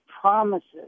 promises